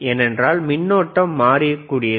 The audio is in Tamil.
ஏனென்றால் மின்னோட்டம் மாறக் கூடியது